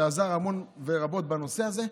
שעזר המון ורבות בנושא הזה.